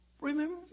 remember